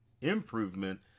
improvement